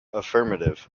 affirmative